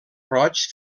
roig